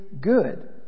good